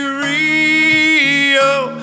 real